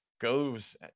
goes